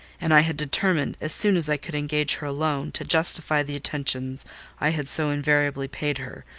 and i had determined, as soon as i could engage her alone, to justify the attentions i had so invariably paid her,